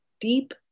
deep